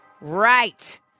right